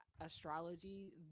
astrology